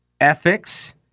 ethics